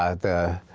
ah the